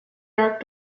dark